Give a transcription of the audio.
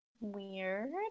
Weird